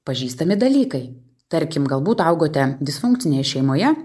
pažįstami dalykai tarkim galbūt augote disfunkcinėje šeimoje